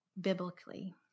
biblically